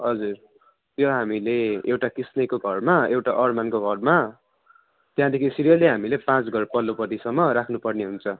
हजुर त्यो हामीले एउटा किस्नेको घरमा एउटा अरमानको घरमा त्यहाँदेखि सिरियल्ली हामीले पाँच घर पल्लोपट्टिसम्म राख्नु पर्ने हुन्छ